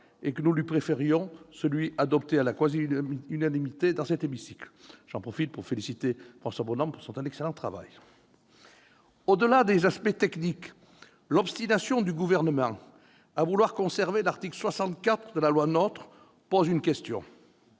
et pourquoi nous lui préférions celui qui avait été adopté à la quasi-unanimité dans cet hémicycle. J'en profite pour le féliciter pour son excellent travail. Au-delà des aspects techniques, l'obstination du Gouvernement à vouloir conserver l'article 64 de la loi NOTRe soulève une question